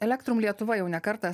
elektrum lietuva jau ne kartą